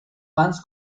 fans